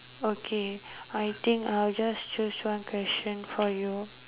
okay I think I'll just choose one question for you